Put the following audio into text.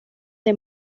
que